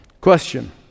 Question